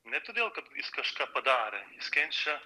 ne todėl kad jis kažką padarė jis kenčia